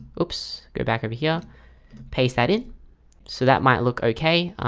oops, go back over here paste that in so that might look okay.